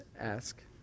ask